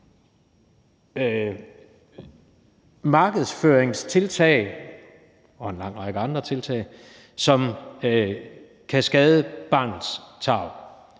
markedsføringstiltag og en lang række andre tiltag, som kan skade barnets tarv.